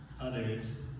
others